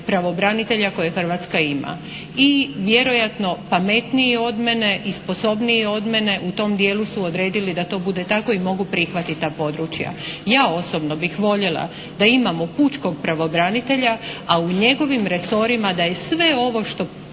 pravobranitelja koje Hrvatska ima i vjerojatno pametniji od mene i sposobniji od mene u tom dijelu su odredili da to bude tako i mogu prihvatiti ta područja. Ja osobno bih voljela da imamo pučkog pravobranitelja a u njegovim resorima da je sve ovo što